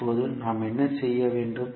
இப்போது நாம் என்ன செய்ய வேண்டும்